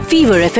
Fever